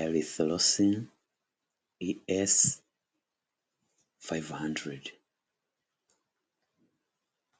erisoresi ies fayive handeredi.